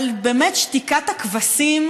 שתיקת הכבשים